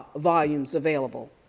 volumes available.